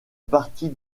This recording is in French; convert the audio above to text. partie